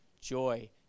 joy